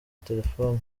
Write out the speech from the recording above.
telefoni